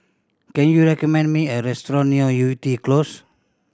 can you recommend me a restaurant near Yew Tee Close